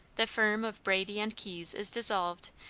the firm of brady and keyes is dissolved,